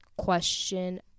question